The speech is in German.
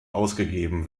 ausgegeben